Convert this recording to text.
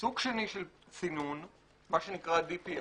סוג שני של סינון, מה שנקרא DPI,